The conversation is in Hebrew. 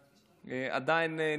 עדיין נזכרים בו.